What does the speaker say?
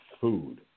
food